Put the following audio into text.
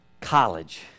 college